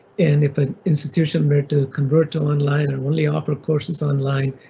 and if an institution were to convert online and only offer courses online,